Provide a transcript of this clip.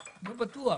לא בטוח.